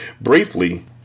Briefly